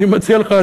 אני מציע לך,